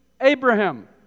Abraham